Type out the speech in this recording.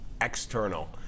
external